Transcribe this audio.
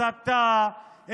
הסתה,